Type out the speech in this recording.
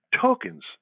tokens